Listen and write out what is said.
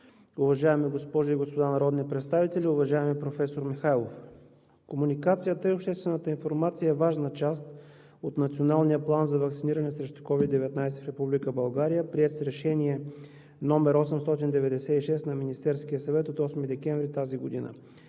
уважаеми госпожи и господа народни представители! Уважаеми професор Михайлов, комуникацията и обществената информация е важна част от Националния план за ваксиниране срещу COVID-19 в Република България, приет с Решение № 896 на Министерския съвет от 8 декември тази година.